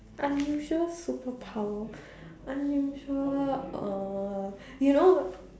unusual superpower unusual uh you know